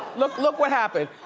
look, look what happened.